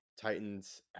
Titans